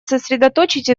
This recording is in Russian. сосредоточить